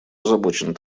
озабочен